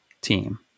team